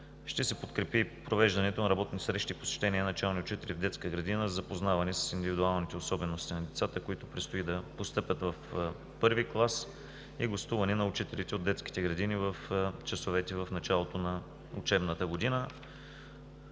Ще се подкрепи и провеждането на работни срещи и посещения на начални учители в детска градина за запознаване с индивидуалните особености на децата, които предстои да постъпят в първи клас, и гостуване на учителите от детските градини в часовете в началото на учебната година.